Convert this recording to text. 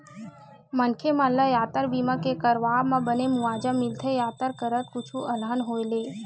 मनखे मन ल यातर बीमा के करवाब म बने मुवाजा मिलथे यातर करत कुछु अलहन होय ले